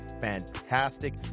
fantastic